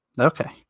okay